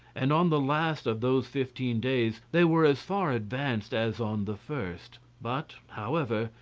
and on the last of those fifteen days, they were as far advanced as on the first. but, however,